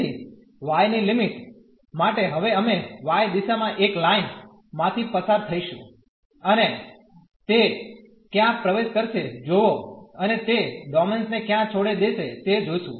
તેથી y ની limit માટે હવે અમે y દિશામાં એક લાઈન માંથી પસાર થઈશું અને તે ક્યાં પ્રવેશ કરશે જોવો અને તે ડોમેન ને ક્યાં છોડી દેશે તે જોશું